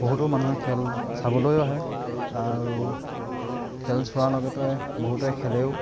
বহুতো মানুহে খেল চাবলৈ আহে আৰু খেল চোৱাৰ লগতে বহুতেই খেলেও